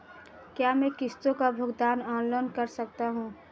क्या मैं किश्तों का भुगतान ऑनलाइन कर सकता हूँ?